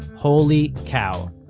holy cow.